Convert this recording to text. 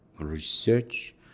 research